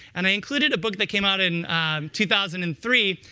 and i included a book that came out in two thousand and three,